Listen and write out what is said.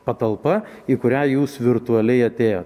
patalpa į kurią jūs virtualiai atėjot